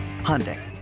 Hyundai